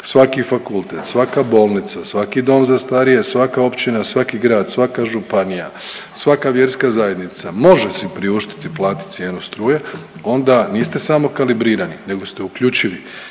svaki fakultet, svaka bolnica, svaki dom za starije, svaka općina, svaki grad, svaka županija, svaka vjerska zajednica može si priuštiti platiti cijenu struje, onda niste samo kalibrirani, nego ste uključivi